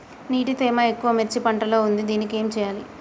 నీటి తేమ ఎక్కువ మిర్చి పంట లో ఉంది దీనికి ఏం చేయాలి?